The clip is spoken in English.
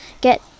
get